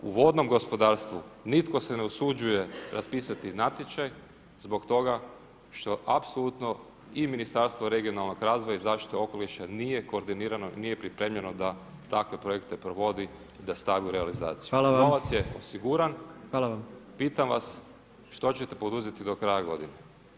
U vodnom gospodarstvu nitko se ne usuđuje raspisati natječaj zbog toga što apsolutno i Ministarstvo regionalnog razvoja i zaštite okoliša nije koordinirano, nije pripremljeno da takve projekte provodi i da stane u realizaciju [[Upadica Predsjednik: Hvala vam.]] Novac je osiguran, pitam vas što ćete poduzeti do kraja godine?